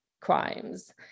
crimes